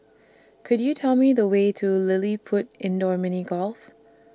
Could YOU Tell Me The Way to LilliPutt Indoor Mini Golf